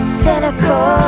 cynical